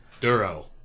Duro